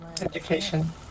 Education